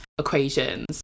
equations